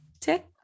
Tick